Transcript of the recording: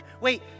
Wait